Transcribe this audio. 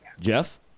Jeff